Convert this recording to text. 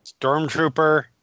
Stormtrooper